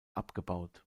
abgebaut